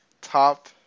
top